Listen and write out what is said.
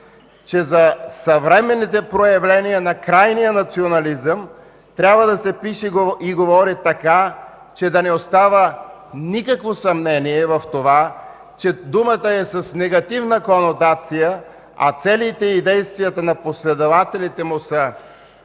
че за съвременните проявления на крайния национализъм трябва да се пише и говори така, че да не остава никакво съмнение, че думата е с негативна конотация, а целите и действията на последователите му са